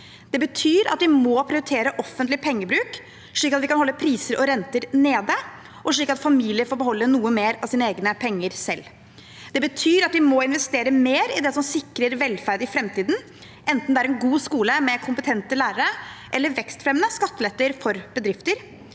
Det betyr at vi må prioritere offentlig pengebruk slik at vi kan holde priser og renter nede, og slik at familier får beholde noe mer av sine egne penger selv. Det betyr at vi må investere mer i det som sikrer velferd i framtiden – enten det er en god skole med kompetente lærere, eller det er vekstfremmende skatteletter for bedrifter